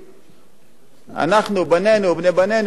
אנחנו, בנינו, בני בנינו, גיסנו, אחותנו,